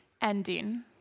ending